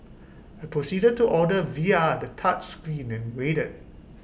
I proceeded to order via the touchscreen and waited